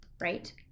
right